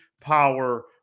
power